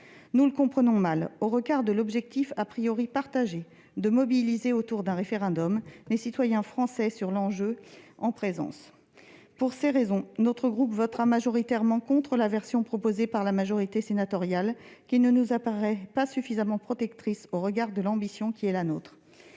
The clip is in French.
Nous le comprenons mal, au regard de l'objectif, partagé, de mobiliser autour d'un référendum les citoyens français sur l'enjeu en question. Pour ces raisons, le groupe RDPI votera majoritairement contre la version proposée par la majorité sénatoriale, laquelle ne nous paraît pas suffisamment protectrice au regard de notre ambition. Quant